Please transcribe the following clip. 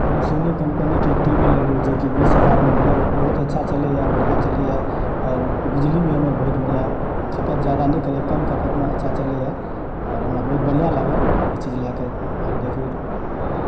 हम सोनी कम्पनीके TV लेलहुँ जेकि बीस हजारमे देलक बहुत अच्छा चलयए बढिआँ चलयए आओर बिजली भी हमर बहुत बढिआँ खपत जादा नहि करयए कम खपतमे अच्छा चलयए आओर हमरा बहुत बढिआँ लागल ई चीज लयके आओर देखी ओ